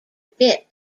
bit